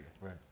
Right